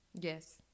yes